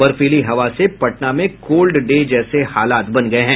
बर्फीली हवा से पटना में कोल्ड डे जैसे हालात बन गये हैं